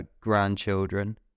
grandchildren